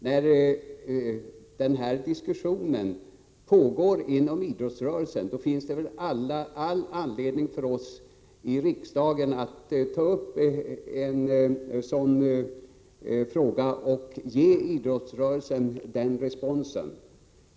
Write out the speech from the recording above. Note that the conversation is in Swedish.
När den här diskussionen pågår inom idrottsrörelsen finns det väl all anledning för oss i riksdagen att ta upp en sådan fråga och ge idrottsrörelsen den responsen?